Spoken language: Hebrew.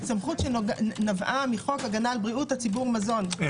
סמכות שנבעה מחוק הגנה על בריאות הציבור מזון,